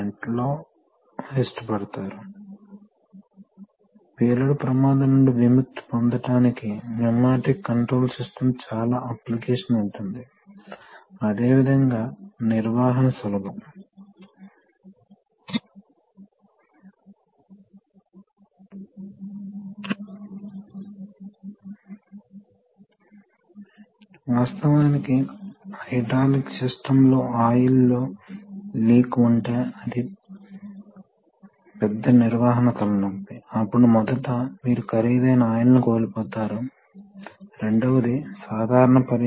ఈ valves pressure వైవిధ్యంతో సంబంధం లేకుండా ఇన్లెట్ వద్ద ప్రెషర్ వైవిధ్యంతో సంబంధం లేకుండా వాటి అంతటా ప్రవాహం ఉంటుంది అవుట్లెట్ ద్వారా ప్రవాహం స్థిరంగా ఉంటుంది మరియు దీని ద్వారా సర్దుబాటు చేయవచ్చు ప్రవాహం యొక్క విభిన్న సెట్టింగులు ఉండవచ్చు మరియు ఆ సెట్టింగ్ ను సర్దుబాటు చేయవచ్చు కనుక ఇది ఎలా సాధించబడుతుంది